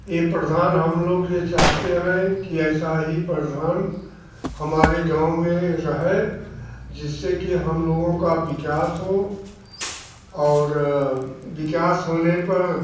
ये प्रधान हम लोग यह चाहते हैं कि ऐसा ही प्रधान हमारे गाँव में रहे जिससे कि हम लोगों का विकास हो और विकास होने पर